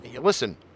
Listen